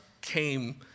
came